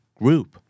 group